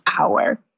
hour